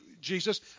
Jesus